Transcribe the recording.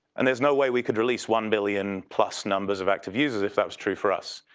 and there's no way we could release one billion plus numbers of active users if that was true for us.